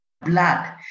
blood